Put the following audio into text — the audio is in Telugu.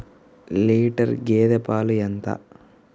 లీటర్ గేదె పాలు ఎంత?